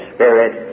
Spirit